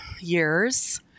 years